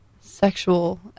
sexual